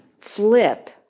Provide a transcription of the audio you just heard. flip